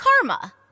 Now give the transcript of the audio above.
karma